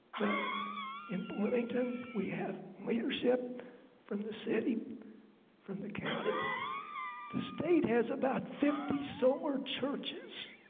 but in limington we have leadership from the city from the county the state has about fifty solar churches